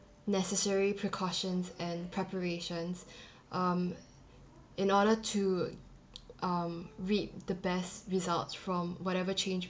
necessary precautions and preparations um in order to um reap the best results from whatever change